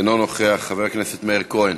אינו נוכח, חבר הכנסת מאיר כהן,